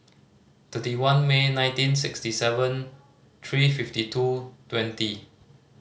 thirty one May nineteen sixty seven three fifty two twenty